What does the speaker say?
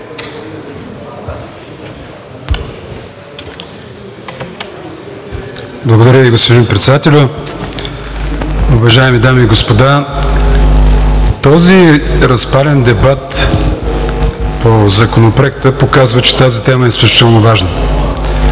Благодаря Ви, господин Председателю. Уважаеми дами и господа, този разпален дебат по Законопроекта показва, че тази тема е изключително важна.